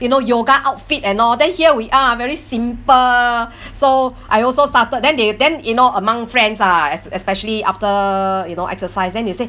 you know yoga outfit and all then here we are ah very simple so I also started then they then you know among friends ah es~ especially after you know exercise then they say